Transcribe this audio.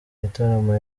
gitaramo